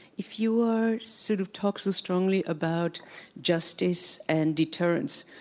if you are sort of talk so strongly about justice and deterrents,